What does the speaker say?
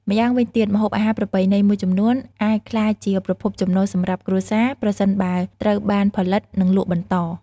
ម្យ៉ាងវិញទៀត ម្ហូបអាហារប្រពៃណីមួយចំនួនអាចក្លាយជាប្រភពចំណូលសម្រាប់គ្រួសារ ប្រសិនបើត្រូវបានផលិត និងលក់បន្ត។